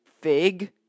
Fig